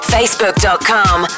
Facebook.com